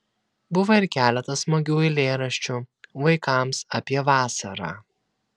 buvo ir keletas smagių eilėraščių vaikams apie vasarą